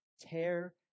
Tear